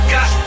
Got